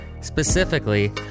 Specifically